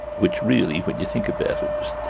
which really when you think about it